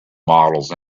models